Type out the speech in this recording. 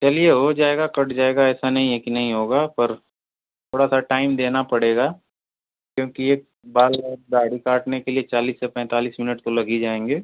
चलिए हो जाएगा कट जाएगा ऐसा नहीं है कि नहीं होगा पर थोड़ा सा टाइम देना पड़ेगा क्योंकि ये बाल वाल दाढ़ी काटने के लिए चालीस से पैंतालीस मिनट तो लग ही जाएँगे